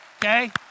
Okay